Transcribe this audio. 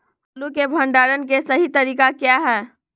आलू के भंडारण के सही तरीका क्या है?